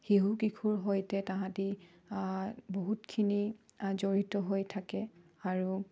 শিশু কিশোৰ সৈতে তাহাঁতি বহুতখিনি জড়িত হৈ থাকে আৰু